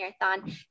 marathon